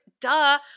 duh